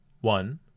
One